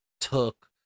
took